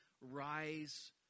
rise